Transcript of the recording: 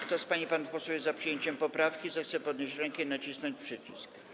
Kto z pań i panów posłów jest za przyjęciem poprawki, zechce podnieść rękę i nacisnąć przycisk.